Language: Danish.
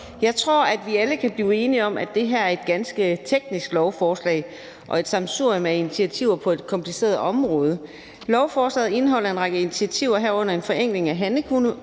Jeg tror, at vi alle kan blive enige om, at det her er et ganske teknisk lovforslag og et sammensurium af initiativer på et kompliceret område. Lovforslaget indeholder en række initiativer, herunder en forenkling af handlekommunereglerne